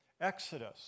Exodus